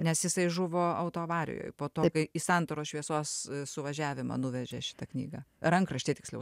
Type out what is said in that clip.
nes jisai žuvo autoavarijoj po to kai į santaros šviesos suvažiavimą nuvežė šitą knygą rankraštį tiksliau